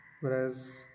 Whereas